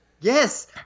Yes